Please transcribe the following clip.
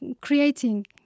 creating